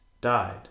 died